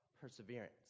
perseverance